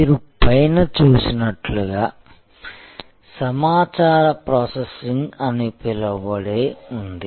మీరు పైన చూసినట్లుగా సమాచార ప్రాసెసింగ్ అని పిలువబడేవి ఉంది